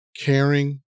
caring